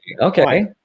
Okay